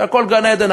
שהכול גן עדן,